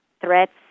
threats